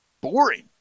boring